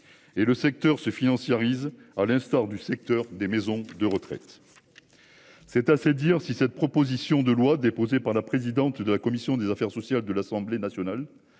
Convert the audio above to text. et le secteur se financiarisé, à l'instar du secteur des maisons de retraite. C'est assez dire si cette proposition de loi déposée par la présidente de la commission des affaires sociales de l'Assemblée nationale.